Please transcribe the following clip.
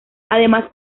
además